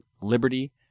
liberty